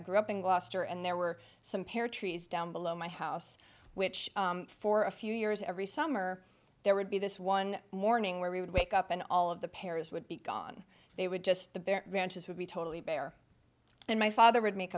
i grew up in gloucester and there were some pear trees down below my house which for a few years every summer there would be this one morning where we would wake up and all of the parents would be gone they would just the bare branches would be totally bare and my father would make